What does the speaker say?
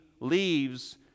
leaves